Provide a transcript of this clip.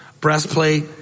breastplate